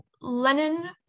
lenin